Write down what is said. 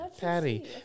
Patty